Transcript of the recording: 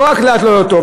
לא רק להתלות אותו.